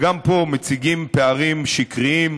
גם פה מציגים פערים שקריים.